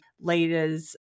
leaders